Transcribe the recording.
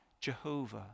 Jehovah